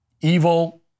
Evil